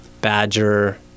badger